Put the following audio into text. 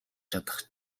чадах